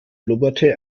blubberte